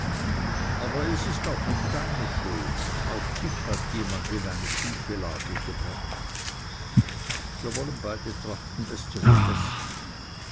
aber es ist auch nicht deine schuld auch dich hat jemand in eine schiefe lage gebracht wir wollen beide trachten es zu vergessen